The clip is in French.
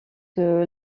que